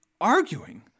arguing